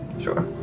Sure